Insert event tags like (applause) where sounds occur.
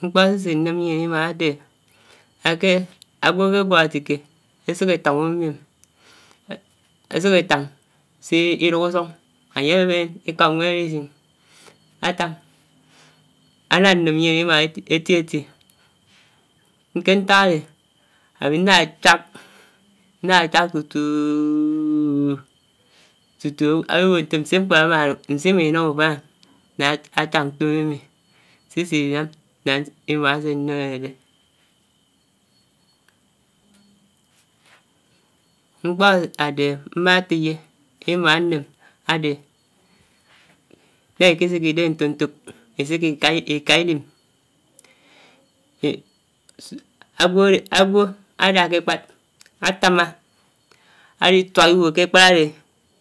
Mkpò sè is nnèm mièn imaan ádè ákè ágwò ákè gwó átikè ésuk étàng umi èm ásuk ètàng sí duk usung ányè bén ikò nwèn ádisin (hesitation) átáng ádá nnèm mién imaan èti-èti. Kè nták ádè ámi nná chàk ndá chàk tutuuuuu tutu ágwò bò ntòm nsè mkpò imàn nsè imàn ufàn àmnà áchàk ntòmi mi sisi nà imaan ásè nnèm ádèdè (hesitation) mkpò ádèhè mmà tèyè imaam ánnèm ádè (hesitation) idàhà ik'sèkè idè ntòk ntòk isèki kaa idim (hesitation) ágwò ádè kè èkpád átámmà ádituàk iwò kè ékàd ádè